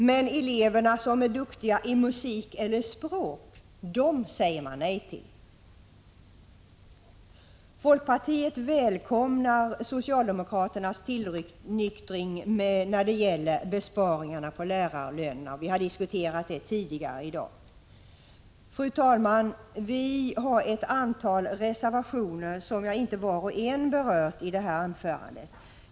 Men eleverna som är duktiga i musik eller språk, dem säger man nej till. Folkpartiet välkomnar socialdemokraternas tillnyktring när det gäller besparingarna på lärarlönerna; vi har diskuterat det tidigare i dag. Fru talman! Vi har ett antal reservationer, som jag inte var och en berört i det här anförandet.